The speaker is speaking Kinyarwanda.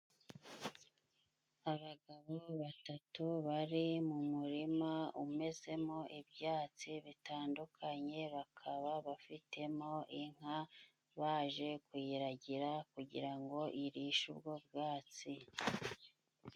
Abagabo batatu bari mu murima, umezemo ibyatsi bitandukanye, bakaba bafitemo inka baje kuyiragira, kugira ngo irishe ubwo bwatsi.